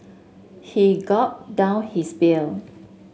he gulped down his beer